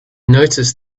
noticed